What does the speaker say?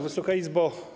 Wysoka Izbo!